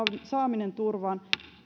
saaminen turvaan